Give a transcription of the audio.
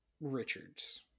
richards